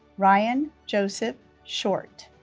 ryan joseph short